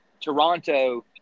Toronto –